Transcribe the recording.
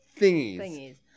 Thingies